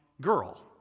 girl